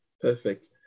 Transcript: Perfect